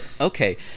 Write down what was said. Okay